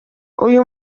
uyu